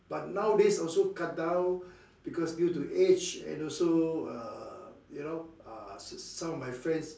but nowadays also cut down because due to age and also uh you know uh some of my friends